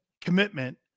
commitment